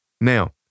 Now